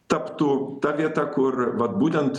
taptų ta vieta kur vat būtent